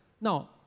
Now